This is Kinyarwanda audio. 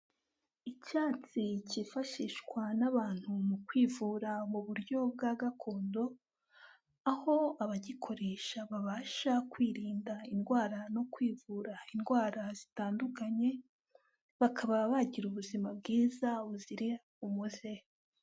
Icyatsi cyifashishwa n'abantu mu kwivura mu buryo bwa gakondo, aho abagikoresha babasha kwirinda indwara no kwivura indwara zitandukanye, bakaba bagira ubuzima bwiza buzira umuze.